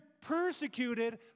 persecuted